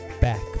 back